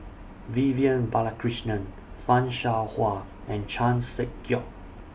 Vivian Balakrishnan fan Shao Hua and Chan Sek Keong